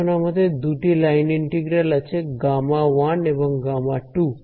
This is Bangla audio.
এখন আমাদের দুটি লাইন ইন্টিগ্রাল আছে Γ1এবং Γ2